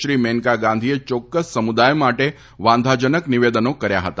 શ્રી મેનકા ગાંધીએ ચોક્કસ સમુદાય માટે વાંધાજનક નિવેદનો કર્યા હતા